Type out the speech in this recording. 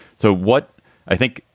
so what i think.